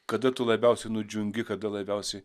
kada tu labiausiai nudžiungi kada labiausiai